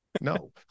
no